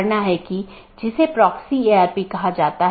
IGP IBGP AS के भीतर कहीं भी स्थित हो सकते है